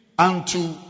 Unto